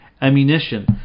ammunition